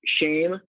shame